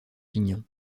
pignon